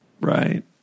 right